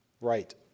right